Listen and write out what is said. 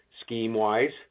scheme-wise